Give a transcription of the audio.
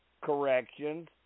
corrections